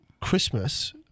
Christmas